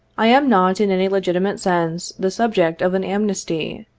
i am not, in any legitimate sense, the subject of an amnesty.